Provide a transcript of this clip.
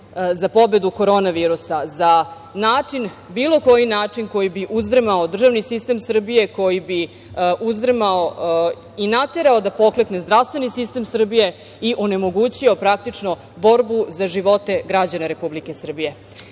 za pobedu Korona virusa, za bilo koji način koji bi uzdrmao državni sistem Srbije, koji bi uzdrmao i naterao da poklekne zdravstveni sistem Srbije i onemogućio, praktično, borbu za živote građana Republike Srbije. Upravo